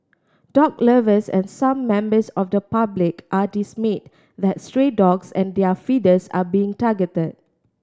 dog lovers and some members of the public are dismayed that stray dogs and their feeders are being targeted